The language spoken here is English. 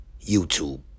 YouTube